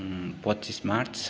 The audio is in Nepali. पच्चिस मार्च